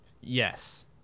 yes